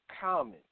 Common